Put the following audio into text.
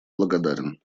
благодарен